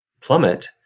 plummet